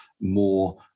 more